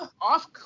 off